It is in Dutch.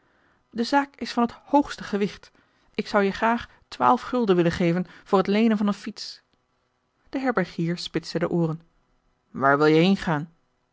de zaak is van het hoogste gewicht ik zou je graag twaalf gulden willen geven voor het leenen van een fiets de herbergier spitste de ooren waar wil je